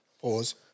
Pause